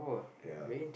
ya